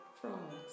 frogs